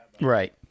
Right